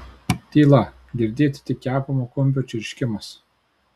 tyla girdėti tik kepamo kumpio čirškimas